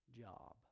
job